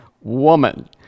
woman